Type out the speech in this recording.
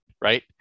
right